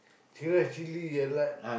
chicken chilli I like